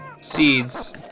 seeds